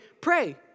pray